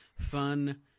fun